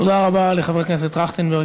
תודה רבה לחבר הכנסת טרכטנברג.